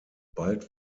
bald